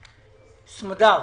חוקים,